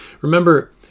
Remember